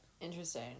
Interesting